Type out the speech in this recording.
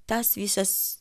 tas visas